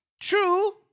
True